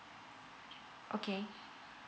okay